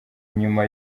nyuma